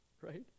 right